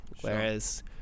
Whereas